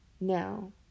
Now